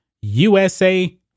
USA